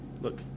Look